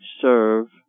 serve